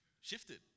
shifted